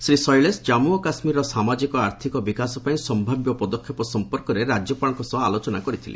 ଶ୍ରୀ ଶୈଳେଶ ଜାମ୍ମୁ ଓ କାଶ୍କୀରର ସାମାଜିକ ଆର୍ଥିକ ବିକାଶ ପାଇଁ ସମ୍ଭାବ୍ୟ ପଦକ୍ଷେପ ସଂପର୍କରେ ରାଜ୍ୟପାଳଙ୍କ ସହ ଆଲୋଚନା କରିଥିଲେ